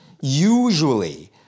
Usually